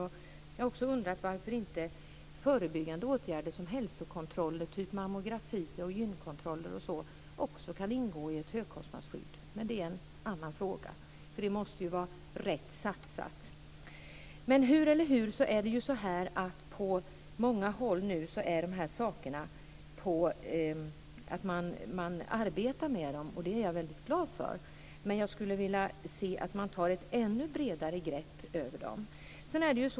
Jag har också undrat varför inte även förebyggande åtgärder - hälsokontroller som mammografi, gynkontroller och sådant - kan ingå i ett högkostnadsskydd. Men det är en annan fråga. Det måste ju vara rätt satsat. På många håll arbetar man nu med de här sakerna, och det är jag väldigt glad för. Men jag skulle vilja se att man tar ett ännu bredare grepp.